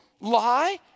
lie